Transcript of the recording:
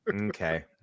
Okay